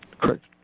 correct